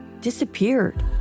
disappeared